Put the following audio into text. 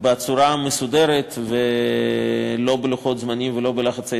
בצורה מסודרת ולא בלוחות זמנים ולא בלחצי